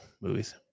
movies